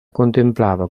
contemplava